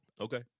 Okay